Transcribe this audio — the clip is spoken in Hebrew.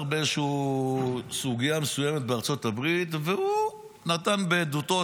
באיזושהי סוגיה מסוימת בארצות הברית והוא בעדותו,